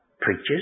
preachers